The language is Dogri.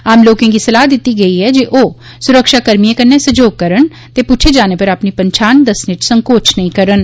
आम लोकें गी सलाह दित्ती गेई ऐ जे ओ सुरक्षाकर्मिए कन्नै सैहयोग करन ते पुच्छे जाने पर अपनी पंछान दस्सने च संकोच नेई करन